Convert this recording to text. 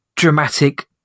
dramatic